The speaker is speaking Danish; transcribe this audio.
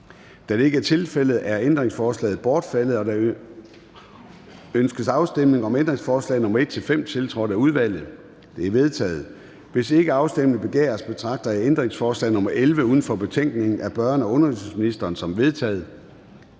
Kl. 13:03 Afstemning Formanden (Søren Gade): Ønskes afstemning om ændringsforslag nr. 1-5, tiltrådt af udvalget? De er vedtaget. Hvis ikke afstemning begæres, betragter jeg ændringsforslag nr. 11 uden for betænkningen af børne- og undervisningsministeren som vedtaget.